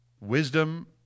wisdom